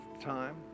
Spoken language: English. time